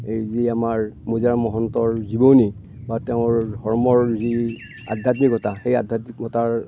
এই যি আমাৰ মোজাৰাম মহন্তৰ জীৱনী বা তেওঁৰ ধৰ্মৰ যি আধ্যাত্মিকতা সেই আধ্যাত্মিকতাৰ